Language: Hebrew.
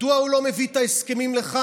מדוע הוא לא מביא את ההסכמים לכאן?